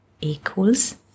equals